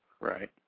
Right